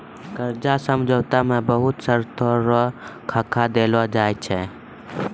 कर्जा समझौता मे बहुत शर्तो रो खाका देलो जाय छै